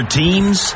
teams